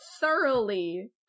thoroughly